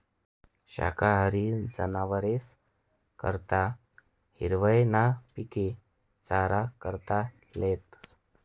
शाकाहारी जनावरेस करता हिरवय ना पिके चारा करता लेतस